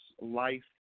Life